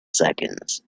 seconds